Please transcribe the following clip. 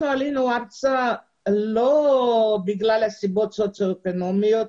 אנחנו עלינו ארצה לא בגלל סיבות סוציו אקונומיות.